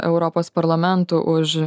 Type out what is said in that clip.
europos parlamentų už